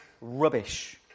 rubbish